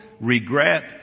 regret